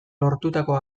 lortutako